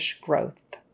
growth